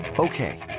Okay